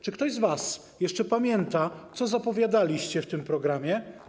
Czy ktoś z was jeszcze pamięta, co zapowiadaliście w tym programie?